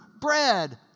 bread